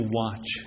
watch